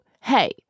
hey